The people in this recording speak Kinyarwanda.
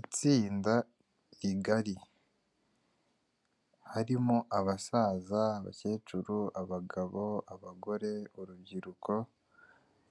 Itsinda rigari harimo abasaza, abakecuru, abagabo, abagore, urubyiruko,